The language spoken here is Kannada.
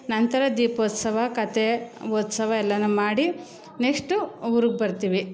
ನಂತರ ದೀಪೋತ್ಸವ ಕತೆ ಉತ್ಸವ ಎಲ್ಲನೂ ಮಾಡಿ ನೆಕ್ಸ್ಟು ಊರಿಗೆ ಬರ್ತೀವಿ